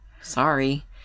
Sorry